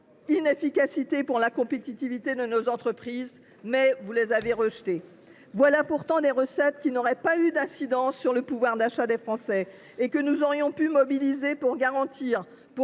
inefficacité pour la compétitivité de nos entreprises. Vous les avez rejetées. Voilà pourtant des recettes qui n’auraient pas eu d’incidences sur le pouvoir d’achat des Français et que nous aurions pu mobiliser pour garantir à tous